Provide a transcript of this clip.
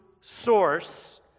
source